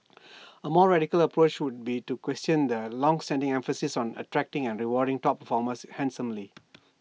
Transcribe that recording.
A more radical approach would be to question the longstanding emphasis on attracting and rewarding top performers handsomely